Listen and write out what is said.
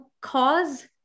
cause